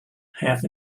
half